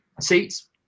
seats